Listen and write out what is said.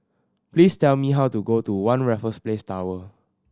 please tell me how to go to One Raffles Place Tower